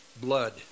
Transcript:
Blood